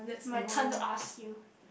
my turn to ask you